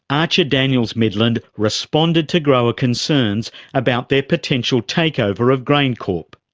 archer daniels midland responded to grower concerns about their potential takeover of graincorp.